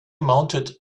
mounted